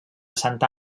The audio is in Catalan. santa